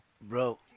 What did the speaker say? Bro